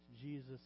Jesus